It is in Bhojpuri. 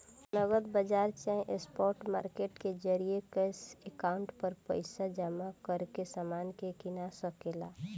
नगद बाजार चाहे स्पॉट मार्केट के जरिये कैश काउंटर पर पइसा जमा करके समान के कीना सके ला